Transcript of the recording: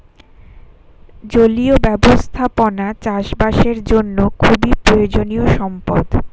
জলীয় ব্যবস্থাপনা চাষবাসের জন্য খুবই প্রয়োজনীয় সম্পদ